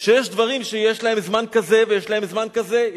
שיש דברים שיש להם זמן כזה ויש להם זמן כזה,